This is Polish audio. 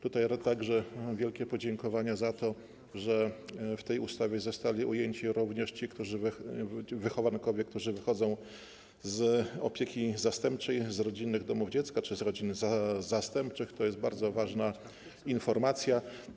Tutaj wielkie podziękowania za to, że w tej ustawie zostali ujęci również wychowankowie, którzy wychodzą z opieki zastępczej, z rodzinnych domów dziecka czy z rodzin zastępczych - to jest bardzo ważna informacja.